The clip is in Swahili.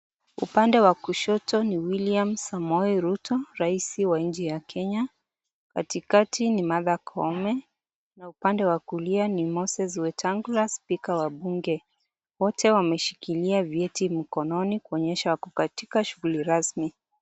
Upande wa kushoto ni William Samoei Ruto, rais wa nchi ya Kenya, katikati ni Martha Koome na upande wa kulia ni Moses Wetangula spika wa bunge, wote wameshikilia vyeti mkononi kuonyesha wako katika shughuli rasmi.